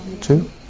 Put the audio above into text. Two